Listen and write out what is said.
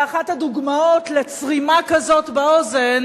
ואחת הדוגמאות לצרימה כזאת באוזן